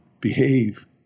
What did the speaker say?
behave